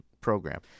program